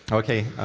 okay.